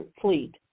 fleet